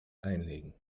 einlegen